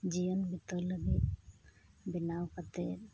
ᱡᱤᱭᱚᱱ ᱵᱤᱛᱟᱹᱣ ᱞᱟᱹᱜᱤᱫ ᱵᱮᱱᱟᱣ ᱠᱟᱛᱮᱫ